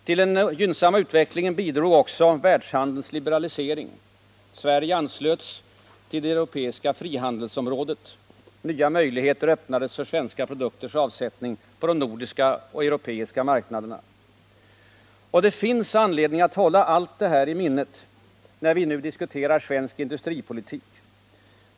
Till den gynnsamma utvecklingen bidrog också världshandelns liberalisering. Sverige anslöts till det europeiska frihandelsområdet. Nya möjligheter öppnades för svenska produkters avsättning på de nordiska och de europeiska marknaderna. Det finns anledning att hålla allt detta i minnet när vi nu diskuterar svensk industripolitik.